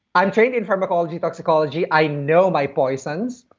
i'm trained in pharmacology toxicology. i know my poisons.